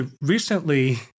recently